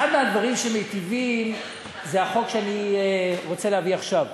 אחד הדברים שמיטיבים הוא החוק שאני רוצה להביא עכשיו.